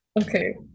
okay